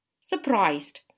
Surprised